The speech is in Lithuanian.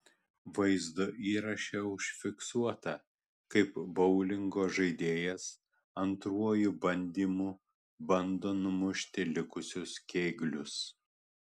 vaizdo įraše užfiksuota kaip boulingo žaidėjas antruoju bandymu bando numušti likusius kėglius